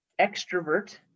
extrovert